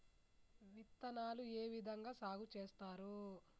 విత్తనాలు ఏ విధంగా సాగు చేస్తారు?